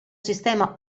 sistema